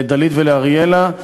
דלית ואריאלה,